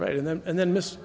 right and then and then miss